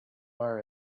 are